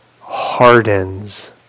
hardens